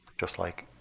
just like